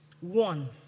One